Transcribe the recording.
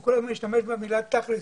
הוא השתמש במילה תכל'ס.